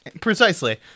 Precisely